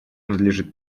надлежит